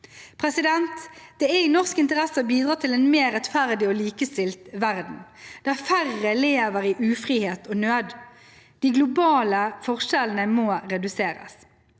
den de vil. Det er i norsk interesse å bidra til en mer rettferdig og likestilt verden, der færre lever i ufrihet og nød. De globale forskjellene må reduseres.